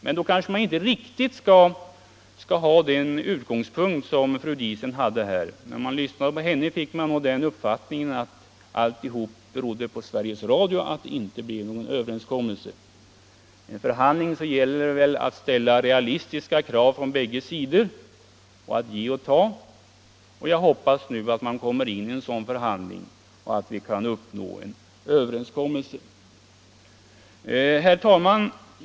Men då skall man kanske inte riktigt ha den utgångspunkt som fru Diesen hade. När man lyssnade till henne fick man den uppfattningen att det berodde på Sveriges Radio att det inte blev någon överenskommelse. Vid en förhandling gäller det väl att ställa realistiska krav från båda sidor och att ge och ta. Jag hoppas nu att det blir en sådan förhandling och att man kan uppnå en överenskommelse. Herr talman!